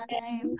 time